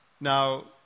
Now